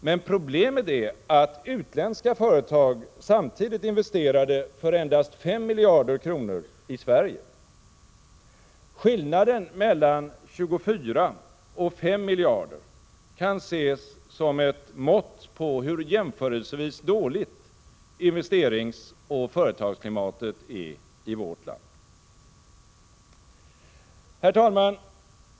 Men problemet är att utländska företag samtidigt investerade för endast 5 miljarder kronor i Sverige. Skillnaden mellan 24 och 5 miljarder kan ses som ett mått på hur jämförelsevis dåligt investeringsoch företagsklimatet är i vårt land. Herr talman!